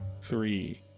three